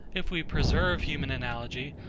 if we preserve human analogy,